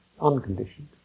unconditioned